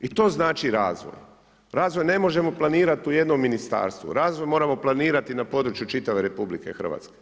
I to znači razvoj, razvoj ne možemo planirati u jednom ministarstvo, razvoj moramo planirati na području čitave RH.